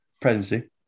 presidency